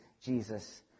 Jesus